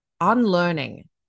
unlearning